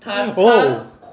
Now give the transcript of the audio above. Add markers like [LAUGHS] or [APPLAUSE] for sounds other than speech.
[LAUGHS] oh